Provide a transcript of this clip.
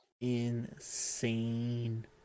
insane